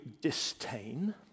disdain